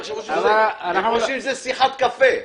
הם חושבים שזה שיחת קפה.